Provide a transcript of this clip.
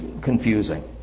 confusing